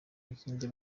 buhinde